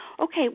okay